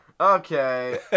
Okay